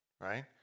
right